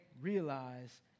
realize